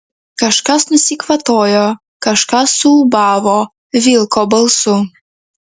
kažkas nusikvatojo kažkas suūbavo vilko balsu